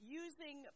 using